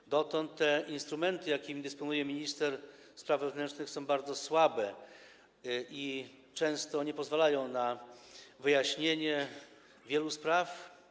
Jak dotąd instrumenty, którymi dysponuje minister spraw wewnętrznych, są bardzo słabe i często nie pozwalają na wyjaśnienie wielu spraw.